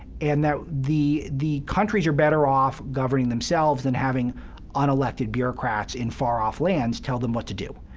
and that the the countries are better off governing themselves than having unelected bureaucrats in far-off lands tell them what to do.